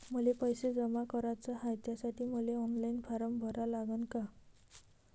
मले पैसे जमा कराच हाय, त्यासाठी मले ऑनलाईन फारम भरा लागन का?